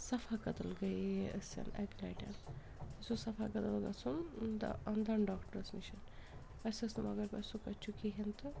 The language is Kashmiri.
صَفا کدٕل گٔیے أسۍ اَکہِ لَٹہِ اَسہِ اوس صَفا کدٕل گژھُن دَ دنٛد ڈاکٹرَس نِش اَسہِ ٲس نہٕ مگر پَے سُہ کَتہِ چھُ کِہیٖنۍ تہٕ